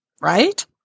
right